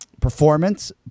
performance